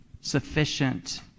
sufficient